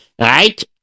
right